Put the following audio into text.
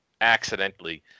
accidentally